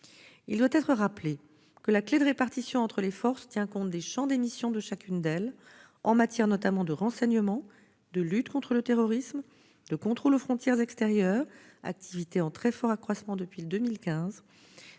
Il doit être rappelé que la clé de répartition entre les forces tient compte du champ de leurs missions respectives, en matière notamment de renseignement, de lutte contre le terrorisme, de contrôle aux frontières extérieures- cette activité s'accroît très fortement depuis 2015